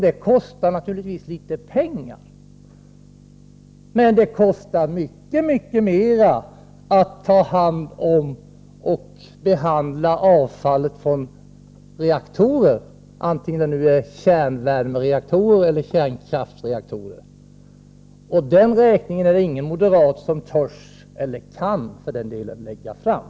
Det kostar naturligtvis pengar, men det kostar mycket mer att ta hand om och behandla avfallet från reaktorer — oavsett om det är kärnvärmereaktorer eller kärnkraftsreaktorer. Räkningen för det är det ingen moderat som törs — eller kan, för den delen — lägga fram.